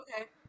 Okay